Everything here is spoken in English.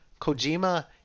Kojima